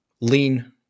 Lean